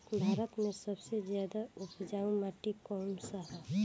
भारत मे सबसे ज्यादा उपजाऊ माटी कउन सा ह?